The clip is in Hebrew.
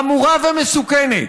חמורה ומסוכנת.